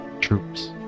Troops